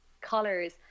colors